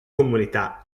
comunità